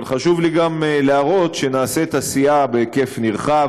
אבל גם חשוב לי להראות שנעשית עשייה בהיקף נרחב,